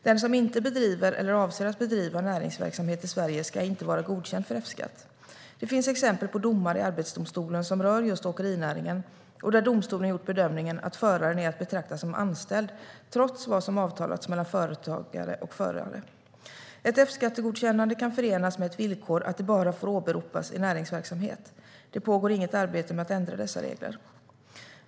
Den som inte bedriver, eller avser att bedriva, näringsverksamhet i Sverige ska inte vara godkänd för F-skatt. Det finns exempel på domar i Arbetsdomstolen som rör just åkerinäringen och där domstolen gjort bedömningen att förare är att betrakta som anställda trots vad som avtalats mellan förare och företag. Ett F-skattegodkännande kan förenas med ett villkor att det bara får åberopas i näringsverksamhet. Det pågår inget arbete med att ändra dessa regler.